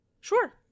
Sure